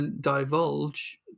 divulge